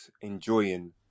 enjoying